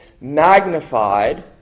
magnified